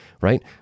right